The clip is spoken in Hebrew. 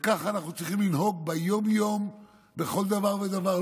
וכך אנחנו צריכים לנהוג ביום-יום בכל דבר ודבר,